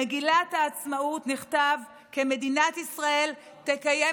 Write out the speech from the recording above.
במגילת העצמאות נכתב כי מדינת ישראל תקיים